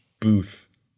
booth